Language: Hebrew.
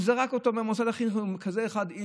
הוא זרק אותו ממוסד החינוך, עם אחד כזה אי-אפשר.